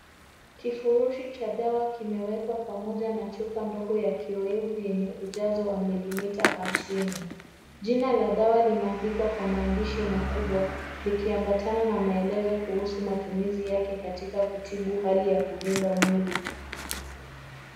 Kifurushi cha dawa kimewekwa pamoja na chupa ndigo ya kiwevu yenye ujazo wa milimeter hamsini. Jina la dawa limeandikwa kwa maandishi makubwa likiambatana na maelezo kuhusu matumizi yake katika kutibu hali ya kuvimba mwili.